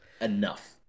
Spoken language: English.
enough